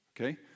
Okay